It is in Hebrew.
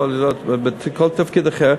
יכול להיות בכל תפקיד אחר,